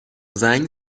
زنگ